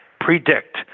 predict